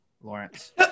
Lawrence